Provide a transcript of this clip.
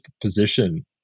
position